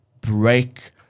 break